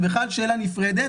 זו בכלל שאלה נפרדת,